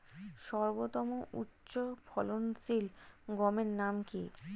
সর্বতম উচ্চ ফলনশীল গমের নাম কি?